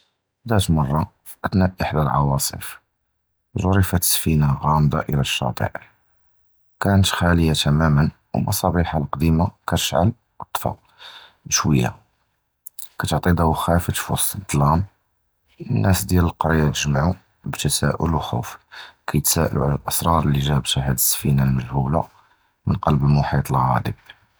זַאת מַרַה פִיְאֻתְ'א אֻחְדַת הַעַווָאסִף גְּרַפְת הַסַּפִינַה גַּאמְדָה אֵלַא הַשַאטְא', קַאנְת חַלִיַה תַּמָּא וּמְסָאבְּחָהּ הַקְּדִימָה קִתְשַעַל וְתִטְפָּא בַּשּוּיָא, קִתְעַטִי דּוּאָא חָאַאֶפְת פִוַסְט הַזְזָל, נָאס דִיַּל הַקְּרִיָּה תַּגַ'מְעוּ בִּתְסַאֵ'ל וְחּוּף, קִיְתְסַאֵ'לוּ עַל הַאֻסְרַאר לִי גּ'אבּתְהָ הַדֶּא הַסַּפִינַה הַמֻּגְ'הוּלָה מִן קַלְבּ הַמֻּחִיט הַעֲזִים.